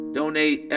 donate